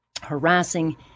harassing